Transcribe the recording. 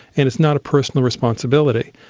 and it's not a personal responsibility.